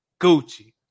Gucci